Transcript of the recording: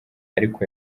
ariko